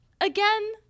Again